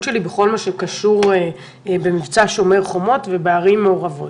שלי בכל הקשור במבצע שומר חומות ובערים מעורבות.